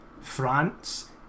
France